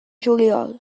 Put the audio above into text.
juliol